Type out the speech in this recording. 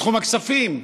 בתחום הכספים,